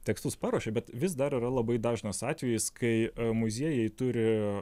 tekstus paruošia bet vis dar yra labai dažnas atvejis kai muziejai turi